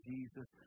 Jesus